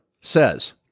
says